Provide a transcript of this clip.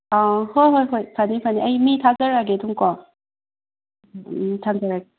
ꯍꯣꯏ ꯍꯣꯏ ꯍꯣꯏ ꯐꯅꯤ ꯐꯅꯤ ꯑꯩ ꯃꯤ ꯊꯥꯖꯔꯛꯑꯒꯦ ꯑꯗꯨꯝꯀꯣ ꯊꯝꯖꯔꯒꯦ